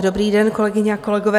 Dobrý den, kolegyně a kolegové.